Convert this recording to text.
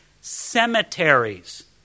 cemeteries